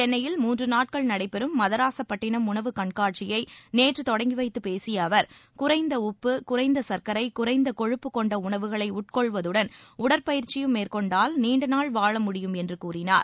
சென்னையில் மூன்று நாட்கள் நடைபெறும் மதராசபட்டிணம் உணவு கண்காட்சியை நேற்று தொடங்கிவைத்து பேசிய அவர் குறைந்த உப்பு குறைந்த சர்க்கரை குறைந்த கொழுப்பு கொண்ட உணவுகளை உட்கொள்வதுடன் உடற்பயிற்சியும் மேற்கொண்டால் நீண்ட நாள் வாழ முடியும் என்றும் கூறினார்